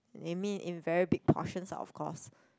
I mean in very big portion of course